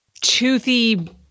toothy